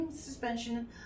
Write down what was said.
suspension